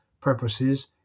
purposes